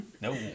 No